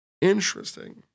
Interesting